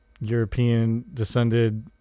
European-descended